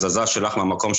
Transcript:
הזזה שלך מהמקום,